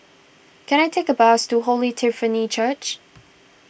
can I take a bus to Holy Trinity Church